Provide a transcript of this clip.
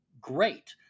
great